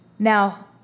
Now